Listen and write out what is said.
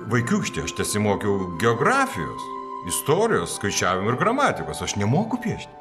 vaikiūkšti aš tesimokiau geografijos istorijos skaičiavimo ir gramatikos aš nemoku piešt